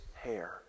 hair